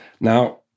Now